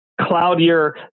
cloudier